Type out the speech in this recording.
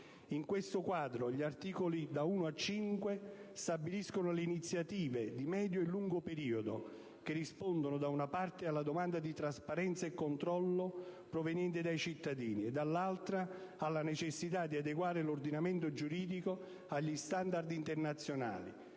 In questo quadro, gli articoli da 1 a 5 stabiliscono le iniziative, di medio e lungo periodo, che rispondono, da una parte, alla domanda di trasparenza e controllo proveniente dai cittadini, e, dall'altra, alla necessità di adeguare l'ordinamento giuridico agli *standard* internazionali,